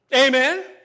Amen